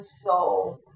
soul